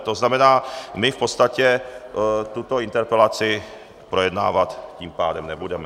To znamená, že my v podstatě tuto interpelaci projednávat tím pádem nebudeme.